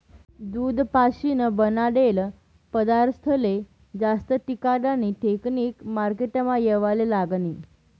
दूध पाशीन बनाडेल पदारथस्ले जास्त टिकाडानी टेकनिक मार्केटमा येवाले लागनी